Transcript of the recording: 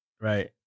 Right